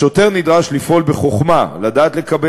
השוטר נדרש לפעול בחוכמה ולדעת לקבל